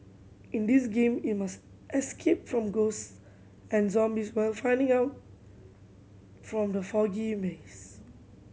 in this game you must escape from ghost and zombies while finding out from the foggy maze